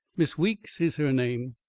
miss weeks is her name.